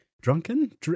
drunken